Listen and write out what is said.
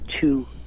two